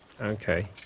Okay